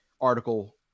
Article